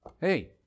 Hey